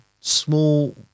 small